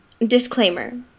Disclaimer